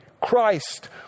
Christ